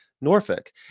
Norfolk